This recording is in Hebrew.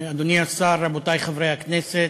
אדוני השר, רבותי חברי הכנסת,